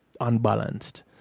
unbalanced